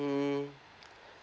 mm